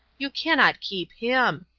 you cannot keep him.